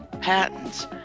patents